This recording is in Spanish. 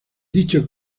dicho